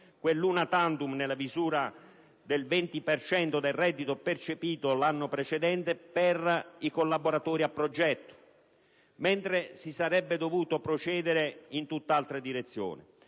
quell'*una tantum* nella misura del 20 per cento del reddito percepito l'anno precedente, per i collaboratori a progetto, mentre si sarebbe dovuto procedere in tutt'altra direzione: